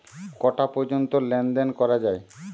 কটা পর্যন্ত লেন দেন করা য়ায়?